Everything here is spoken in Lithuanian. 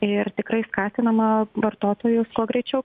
ir tikrai skatinama vartotojus kuo greičiau